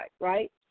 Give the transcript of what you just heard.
right